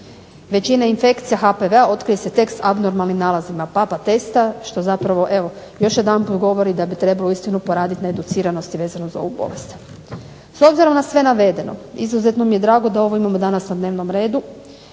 Većina infekcija HPV-a otkrije se tek s abnormalnim nalazima papa testa što zapravo evo još jedanput govori da bi trebalo uistinu poradit na educiranosti vezano uz ovu bolest. S obzirom na sve navedeno izuzetno mi je drago da ovo imamo danas na dnevnom redu,